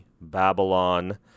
Babylon